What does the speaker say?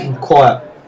Quiet